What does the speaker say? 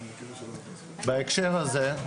בהקשר הזה,